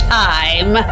time